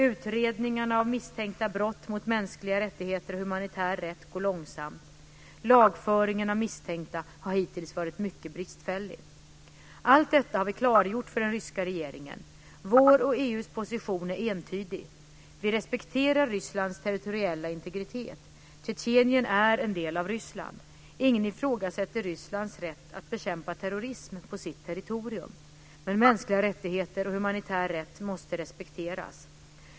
Utredningarna av misstänkta brott mot mänskliga rättigheter och humanitär rätt går långsamt. Lagföringen av misstänkta har hittills varit mycket bristfällig. Allt detta har vi klargjort för den ryska regeringen. Vår och EU:s position är entydig: Vi respekterar Rysslands territoriella integritet. Tjetjenien är en del av Ryssland. Ingen ifrågasätter Rysslands rätt att bekämpa terrorism på sitt territorium. Men mänskliga rättigheter och humanitär rätt måste respekteras.